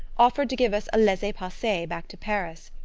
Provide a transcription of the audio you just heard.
offered to give us a laissez-passer back to paris.